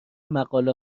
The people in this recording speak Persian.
مقاله